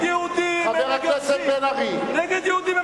זה דיון גזעני נגד יהודים,